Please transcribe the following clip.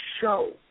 show